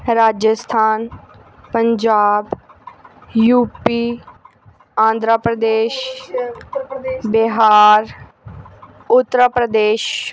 Rajasthan Punjab U P Andhra Pradesh Bihar Uttar Pradesh